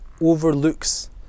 overlooks